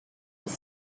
were